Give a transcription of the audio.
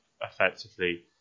effectively